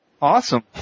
Awesome